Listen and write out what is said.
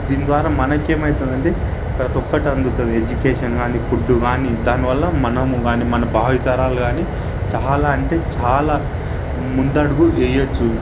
దీనిద్వారా మనకేమయితదంటే ప్రతి ఒక్కటి అందుతుంది ఎడ్యుకేషన్ కానీ ఫుడ్డు కానీ దాని వల్ల మనము కానీ మన భావితరాలు కానీ చాలా అంటే చాలా ముందడుగు వెయ్యొచ్చు